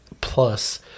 Plus